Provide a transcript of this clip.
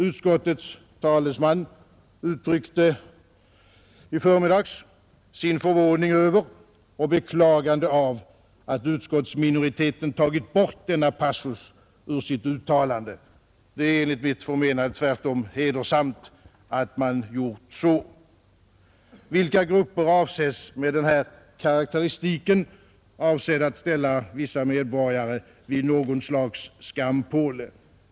Utskottets talesman uttryckte i förmiddags sin förvåning över och sitt beklagande av att utskottsmajoriteten tagit bort denna passus ur sitt uttalande. Det är enligt mitt förmenande tvärtom hedersamt att man gjort så. Vilka grupper omfattas av den här karakteristiken avsedd att ställa vissa medborgare vid något slags skampåle?